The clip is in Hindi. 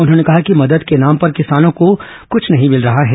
उन्होंने कहा कि मदद के नाम पर किसानों को कुछ नहीं मिल रहा है